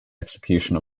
execution